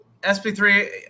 SP3